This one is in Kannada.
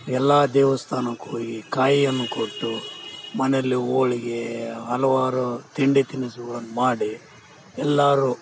ಎಲ್ಲಾ ದೇವಸ್ಥಾನಕ್ಕೆ ಹೋಗಿ ಕಾಯಿಯನ್ನು ಕೊಟ್ಟು ಮನೆಯಲ್ಲಿ ಹೋಳಿಗೆ ಹಲವಾರು ತಿಂಡಿ ತಿನಸುಗಳನ್ನ ಮಾಡಿ ಎಲ್ಲಾರು